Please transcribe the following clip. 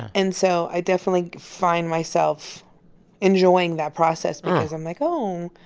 and so i definitely find myself enjoying that process because i'm like, oh, um